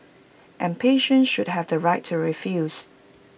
and patients should have the right to refuse